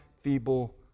feeble